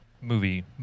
movie